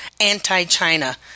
anti-China